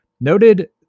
noted